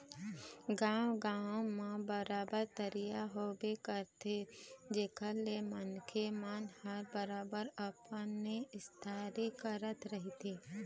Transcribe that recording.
गाँव गाँव म बरोबर तरिया होबे करथे जेखर ले मनखे मन ह बरोबर अपन निस्तारी करत रहिथे